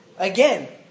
Again